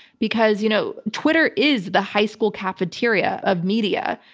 because you know twitter is the high school cafeteria of media.